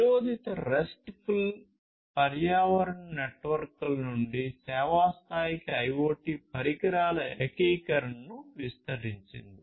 నిరోధిత RESTful పర్యావరణం నెట్వర్క్ల నుండి సేవా స్థాయికి IoT పరికరాల ఏకీకరణను విస్తరించింది